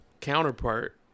counterpart